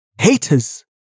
Haters